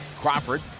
Crawford